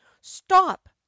stop